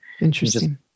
Interesting